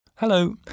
Hello